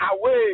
away